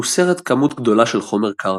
מוסרת כמות גדולה של חומר קרקע.